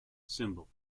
symbol